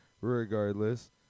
Regardless